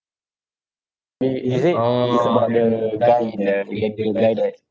eh is it orh it's about the guy in the guy that